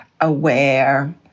aware